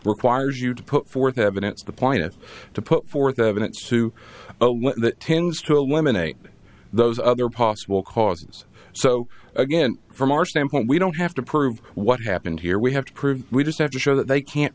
requires you to put forth evidence the point is to put forth evidence to tends to eliminate those other possible causes so again from our standpoint we don't have to prove what happened here we have to prove we just have to show that they can't